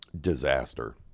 disaster